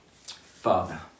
Father